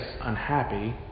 unhappy